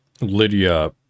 Lydia